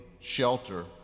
shelter